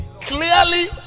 clearly